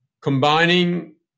combining